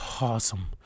awesome